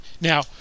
Now